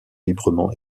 librement